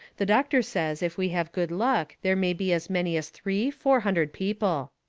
the doctor says if we have good luck there may be as many as three, four hundred people.